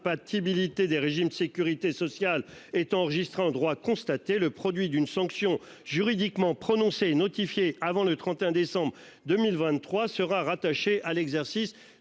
des régimes de Sécurité sociale est enregistré en droits constatés, le produit d'une sanction juridiquement prononcées notifiées avant le 31 décembre 2023 sera rattaché à l'exercice